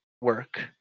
work